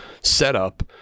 setup